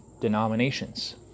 denominations